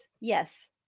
yes